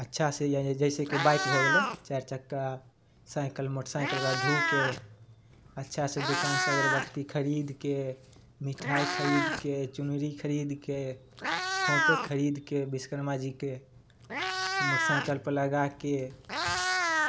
अच्छासे जइसे कि बाइक भऽ गेलै चारि चक्का साइकिल मोटरसाइकिल ओकरा धोके अच्छासे दोकानसँ अगरबत्ती खरिदके मिठाइ खरिदके चुनरी खरिदके फोटो खरिदके विश्वकर्माजीके मोटरसाइकिलपर लगाके